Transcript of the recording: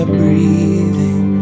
breathing